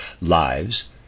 lives